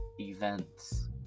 events